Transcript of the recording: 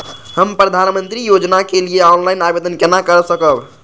हम प्रधानमंत्री योजना के लिए ऑनलाइन आवेदन केना कर सकब?